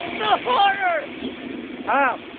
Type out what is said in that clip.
the horror oh.